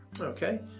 Okay